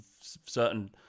certain